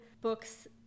books